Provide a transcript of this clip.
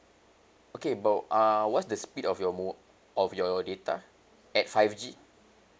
okay but uh what's the speed of your mo~ of your data at five G